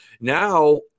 Now